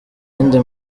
yindi